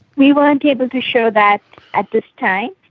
we weren't able to show that at this time,